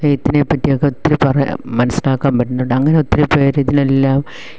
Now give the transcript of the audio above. നെയ്ത്തിനെ പറ്റിയും ഒക്കെ ഒത്തിരി പറയാൻ മനസ്സിലാക്കാൻ പറ്റുന്നുണ്ട് അങ്ങനെ ഒത്തിരി പേര് ഇതിലെല്ലാം